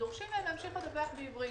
שדורשים מהם להמשיך לדווח בעברית.